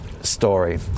story